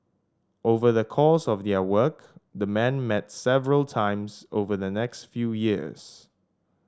over the course of their work the men met several times over the next few years